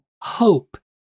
hope